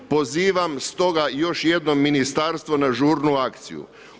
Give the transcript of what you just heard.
Pozivam stoga još jednom ministarstvo na žurnu akciju.